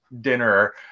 dinner